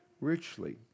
richly